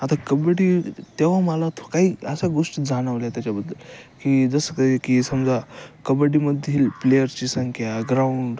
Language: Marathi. आता कबड्डी तेव्हा मला तो काही अशा गोष्टी जाणवल्या त्याच्याबद्दल की जसं का की समजा कबड्डीमधील प्लेयर्ची संख्या ग्राउंड